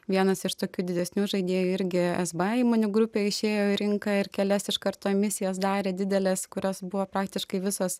vienas iš tokių didesnių žaidėjų irgi sba įmonių grupė išėjo į rinką ir kelias iš karto emisijas darė dideles kurios buvo praktiškai visos